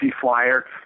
flyer